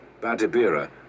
Badibira